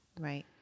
Right